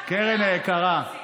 קרן היקרה,